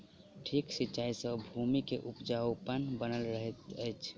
ठीक सिचाई सॅ भूमि के उपजाऊपन बनल रहैत अछि